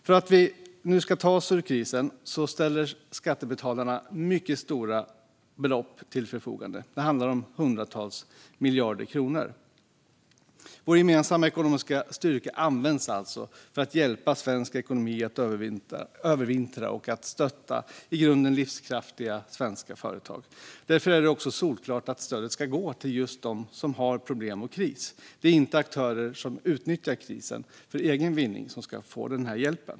Skattebetalarna ställer mycket stora belopp till förfogande för att vi ska ta oss ur krisen. Det handlar om hundratals miljarder kronor. Vår gemensamma ekonomiska styrka används alltså för att hjälpa svensk ekonomi att övervintra och för att stötta i grunden livskraftiga svenska företag. Därför är det solklart att stödet ska gå till just dem som har problem och kris. Det är inte aktörer som utnyttjar krisen för egen vinning som ska få denna hjälp.